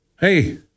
Hey